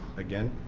again?